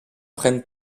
prennent